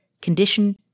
condition